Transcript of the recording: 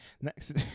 Next